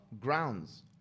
grounds